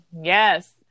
Yes